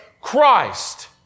Christ